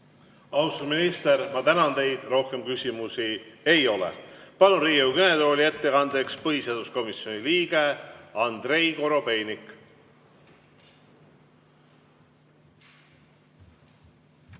Austatud minister, ma tänan teid! Rohkem küsimusi ei ole. Palun Riigikogu kõnetooli ettekandeks põhiseaduskomisjoni liikme Andrei Korobeiniku.